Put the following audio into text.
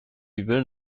übel